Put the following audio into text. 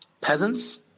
peasants